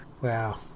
Wow